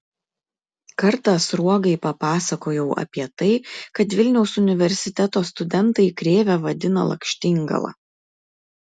kartą sruogai papasakojau apie tai kad vilniaus universiteto studentai krėvę vadina lakštingala